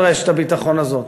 של רשת הביטחון הזאת,